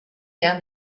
down